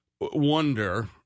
wonder